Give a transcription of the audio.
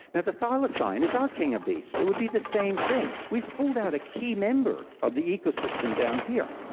now, the thylacine is our king of beasts. it would be the same thing. we've pulled out a key member of the ecosystem down here.